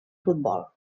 futbol